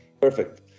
Perfect